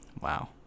Wow